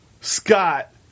Scott